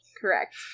Correct